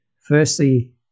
Firstly